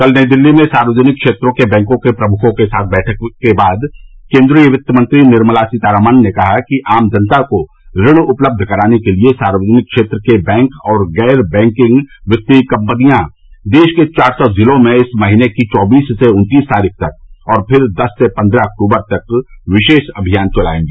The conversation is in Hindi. कल नई दिल्ली में सार्वजनिक क्षेत्र के बैंकों के प्रमुखों के साथ बैठक के बाद केन्द्रीय वित्त मंत्री निर्मला सीतारामन ने कहा कि आम जनता को ऋण उपलब्ध कराने के लिए सार्वजनिक क्षेत्र के बैंक और गैर बैंकिंग वित्तीय कंपनियां देश के चार सौ जिलों में इस महीने की चौबीस से उन्तीस तारीख तक और फिर दस से पन्द्रह अक्टूबर तक विशेष अभियान चलायेंगी